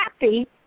happy